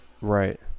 Right